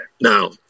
Now